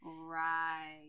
right